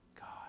God